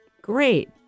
Great